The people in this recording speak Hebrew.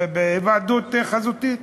בהיוועדות חזותית.